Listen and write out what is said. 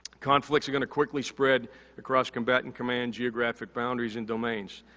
conflicts are gonna quickly spread across combatant command geographic boundaries and domains.